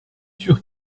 sûr